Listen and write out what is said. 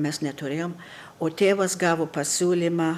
mes neturėjom o tėvas gavo pasiūlymą